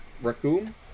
Raccoon